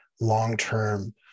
long-term